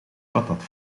patat